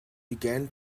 began